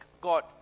God